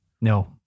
No